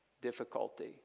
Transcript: Difficulty